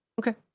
Okay